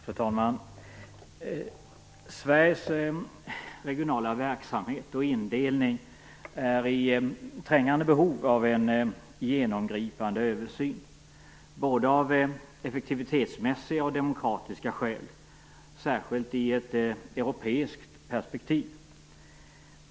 Fru talman! Sveriges regionala verksamhet och indelning är i trängande behov av en genomgripande översyn - både av effektivitetsmässiga och av demokratiska skäl, och särskilt i ett europeiskt perspektiv.